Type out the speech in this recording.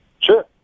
Sure